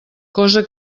cosa